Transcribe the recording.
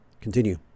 Continue